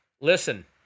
listen